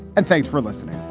and thanks for listening